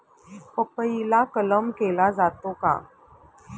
पपईला कलम केला जातो का?